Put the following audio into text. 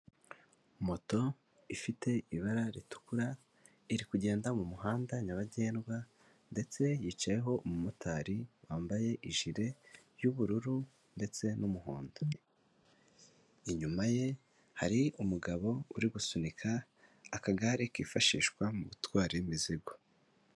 Moto ifite ibara ritukura iri kugenda mu muhanda nyabagendwa ndetse yicayeho umumotari wambaye ijire y'ubururu ndetse n'umuhondo, inyuma ye hari umugabo uri gusunika akagare kifashishwa mu gutwara imizigo.